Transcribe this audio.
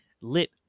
lit